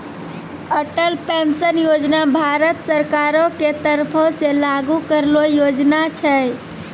Atal pension योजना भारत सरकारो के तरफो से लागू करलो योजना छै